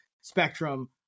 spectrum